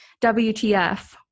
WTF